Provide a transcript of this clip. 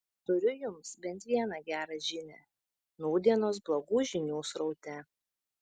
turiu jums bent vieną gerą žinią nūdienos blogų žinių sraute